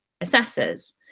assessors